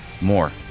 more